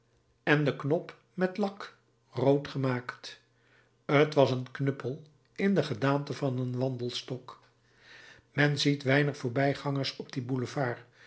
en de knop met lak rood gemaakt t was een knuppel in de gedaante van een wandelstok men ziet weinig voorbijgangers op dien boulevard